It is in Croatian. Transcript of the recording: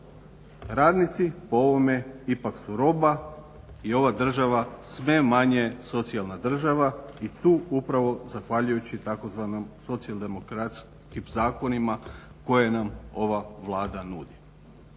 Radnici po ovome ipak su roba i ova država sve manje socijalna država i tu upravo zahvaljujući tzv. socijaldemokratskim zakonima koje nam ova Vlada nudi.